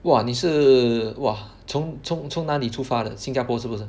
!wah! 你是 !wah! 从从从哪里出发的新加坡是不是